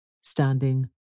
standing